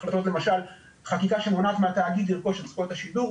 החלטות למשל חקיקה שמונעת מהתאגיד לרכוש את זכויות השידור,